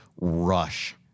rush